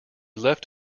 left